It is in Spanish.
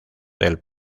del